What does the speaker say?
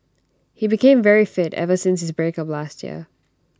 he became very fit ever since his breakup last year